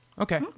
okay